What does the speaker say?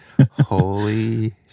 holy